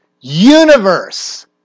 universe